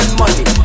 money